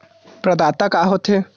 प्रदाता का हो थे?